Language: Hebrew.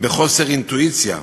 בחוסר אינטואיציה?